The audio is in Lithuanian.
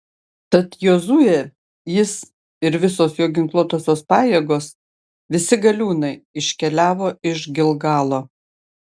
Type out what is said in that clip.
tad jozuė jis ir visos jo ginkluotosios pajėgos visi galiūnai iškeliavo iš gilgalo